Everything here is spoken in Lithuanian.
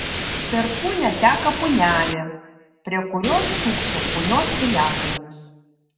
per punią teka punelė prie kurios stūkso punios piliakalnis